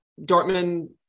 Dortmund